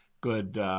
good